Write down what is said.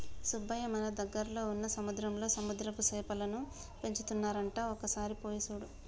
సుబ్బయ్య మన దగ్గరలో వున్న సముద్రంలో సముద్రపు సేపలను పెంచుతున్నారంట ఒక సారి పోయి సూడు